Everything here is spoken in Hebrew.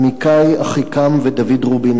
עמיחי אחיקם ודוד רובין,